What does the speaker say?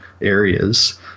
areas